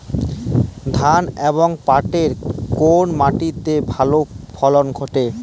ধান এবং পাটের কোন মাটি তে ভালো ফলন ঘটে?